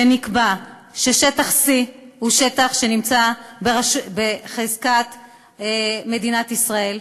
נקבע ששטח C הוא שטח שנמצא בחזקת מדינת ישראל,